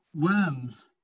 Worms